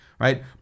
right